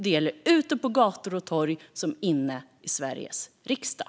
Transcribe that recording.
Det gäller ute på gator och torg såväl som inne i Sveriges riksdag.